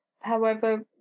However